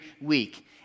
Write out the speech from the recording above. week